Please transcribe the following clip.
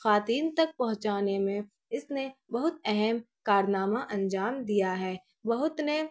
خواتین تک پہنچانے میں اس نے بہت اہم کارنامہ انجام دیا ہے بہت نے